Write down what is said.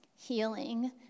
healing